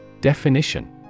Definition